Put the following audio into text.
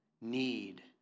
need